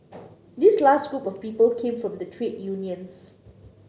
this last group of people came from the trade unions